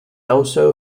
also